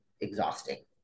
exhausting